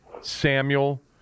Samuel